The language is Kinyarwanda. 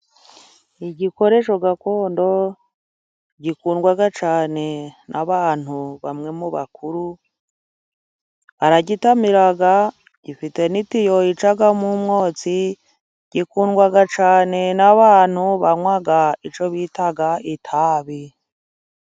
Igikoresho gakondo gikundwa cyane n'abantu bamwe mu bakuru aragitamira, gifite n'itiyo icamo umwotsi, gikundwa cyane n'abantu banywa icyo bita itabi.